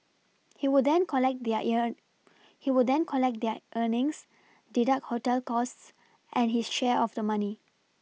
he would then collect their ear he would then collect their earnings deduct hotel costs and his share of the money